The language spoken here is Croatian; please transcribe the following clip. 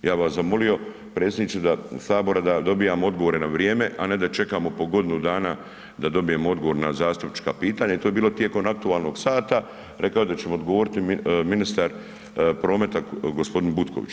Ja bi vas zamolio predsjedniče sabora da dobijamo odgovore na vrijeme, a ne da čekamo po godinu dana da dobijemo odgovor na zastupnička pitanja i to je bilo tijekom aktualnog sata, rekao je da će mi odgovoriti ministar prometa gospodin Butković.